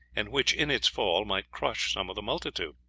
and which, in its fall, might crush some of the multitude